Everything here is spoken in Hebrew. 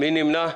מי נמנע?